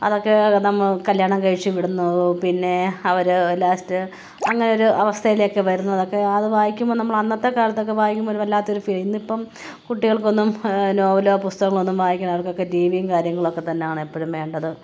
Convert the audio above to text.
അതൊക്കെ നമ്മള് കല്യാണം കഴിച്ചു വിടുന്നു പിന്നേ അവര് ലാസ്റ്റ് അങ്ങനെ ഒരു അവസ്ഥയിലേക്ക് വരുന്നതൊക്കെ അത് വായിക്കുമ്പോള് നമ്മള് അന്നത്തെ കാലത്തൊക്കെ വായിക്കുമ്പോള് ഒരു വല്ലാത്തൊരു ഫീലിംഗ് ഇന്നിപ്പോള് കുട്ടികൾക്കൊന്നും നോവലോ പുസ്തകമോ ഒന്നും വായിക്കാൻ അവർക്കൊക്കെ ടി വിയും കാര്യങ്ങളൊക്കെ തന്നാണ് എപ്പോഴും വേണ്ടത്